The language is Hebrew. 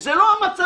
וזה לא המצב.